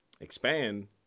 expand